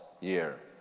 year